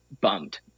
bummed